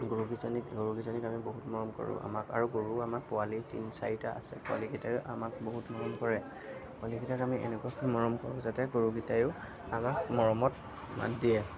গৰুগিজনীক গৰুগিজনীক আমি বহুত মৰম কৰোঁ আমাক আৰু গৰুৱেও আমাক পোৱালী তিনি চাৰিটা আছে পোৱালীকেইটায়ো আমাক বহুত মৰম কৰে পোৱালীগিটাক আমি এনেকুৱাকৈ মৰম কৰো যাতে গৰুগিটায়ো আমাক মৰমত মাত দিয়ে